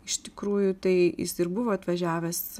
iš tikrųjų tai jis ir buvo atvažiavęs